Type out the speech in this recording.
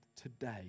today